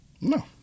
No